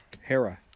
Hera